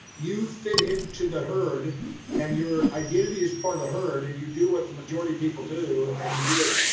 you fit into the herd and your identity is part of the herd and you do what the majority people do and you do it,